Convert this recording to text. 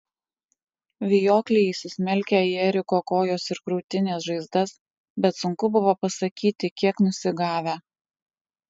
vijokliai įsismelkę į eriko kojos ir krūtinės žaizdas bet sunku buvo pasakyti kiek nusigavę